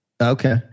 okay